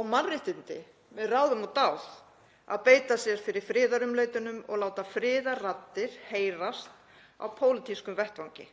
og mannréttindi með ráðum og dáð að beita sér fyrir friðarumleitunum og láta friðarraddir heyrast á pólitískum vettvangi.